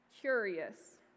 curious